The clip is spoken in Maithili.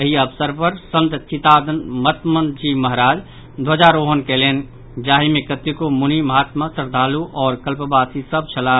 एहि अवसर पर संत चिदात्मन जी महाराज ध्वजारोहण कयलनि जाहि मे कतेको मुनि महात्मा श्रद्धालु आओर कल्पवासी सभ छलाह